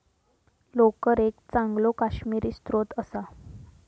लोकर एक चांगलो काश्मिरी स्त्रोत असा